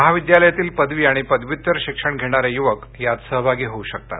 महाविद्यालयातील पदवी आणि पदव्युत्तर शिक्षण घेणारे युवक यात सहभागी होऊ शकतात